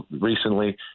recently